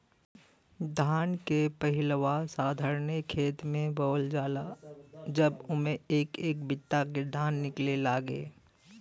धान के पहिलवा साधारणे खेत मे बोअल जाला जब उम्मे एक एक बित्ता के धान निकले लागे